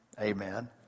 Amen